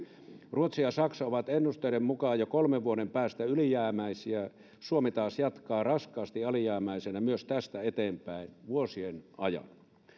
ruotsi ja saksa ovat ennusteiden mukaan jo kolmen vuoden päästä ylijäämäisiä suomi taas jatkaa raskaasti alijäämäisenä myös tästä eteenpäin vuosien ajan